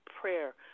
prayer